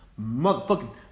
motherfucking